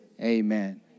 amen